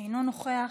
אינו נוכח,